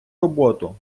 роботу